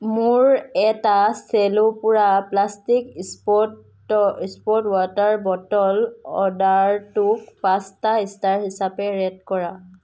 মোৰ এটা চেলো পুৰা plastic sport sports water bottle অৰ্ডাৰটোক পাঁচটা ষ্টাৰ হিচাপে ৰে'ট কৰা